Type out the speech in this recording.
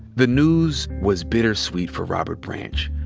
the news was bittersweet for robert branch,